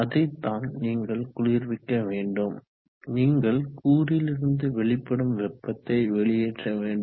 அதை தான் நீங்கள் குளிர்விக்க வேண்டும் நீங்கள் கூறிலிருந்து வெளிப்படும் வெப்பத்தை வெளியேற்ற வேண்டும்